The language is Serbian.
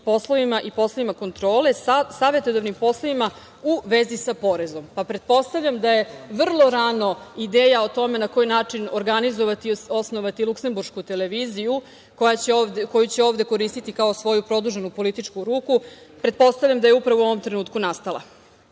poslovima i poslovima kontrole, savetodavnim poslovima u vezi sa porezom. Pa, pretpostavljam da je vrlo rano ideja o tome na koji način organizovati i osnovati luskemburšku televiziju koju će ovde koristiti kao svoju produženu političku ruku. Pretpostavljam da je upravo u ovom trenutku nastala. Ona